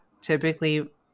typically